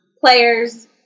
players